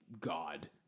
god